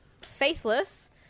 Faithless